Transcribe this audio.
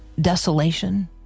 desolation